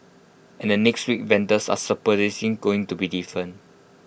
and the next week vendors are supposedly going to be different